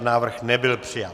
Návrh nebyl přijat.